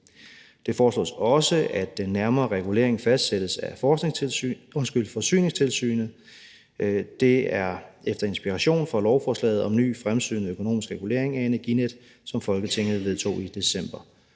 Det foreslås også, at den nærmere regulering fastsættes af Forsyningstilsynet. Det er efter inspiration fra lovforslaget om ny, fremsynet økonomisk regulering af Energinet, som Folketinget vedtog i december.